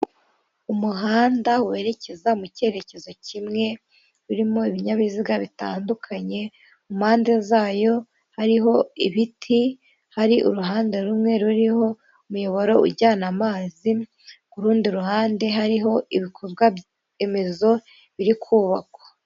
Umuhanda werekeza mu cyerekezo kimwe, birimo ibinyabiziga bitandukanye, mu mpande zayo, hariho ibiti, hari uruhande rumwe ruriho umuyoboro ujyana amazi, ku rundi ruhande hariho ibikorwa remezo biri kubakwa.